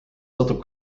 satub